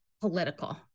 political